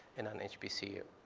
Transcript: in an hbcu,